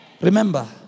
Remember